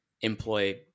employ